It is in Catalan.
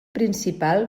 principal